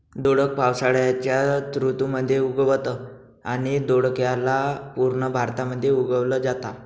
दोडक पावसाळ्याच्या ऋतू मध्ये उगवतं आणि दोडक्याला पूर्ण भारतामध्ये उगवल जाता